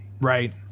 right